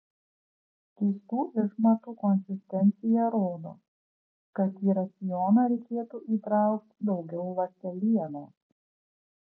skystų išmatų konsistencija rodo kad į racioną reikėtų įtraukti daugiau ląstelienos